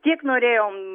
tiek norėjom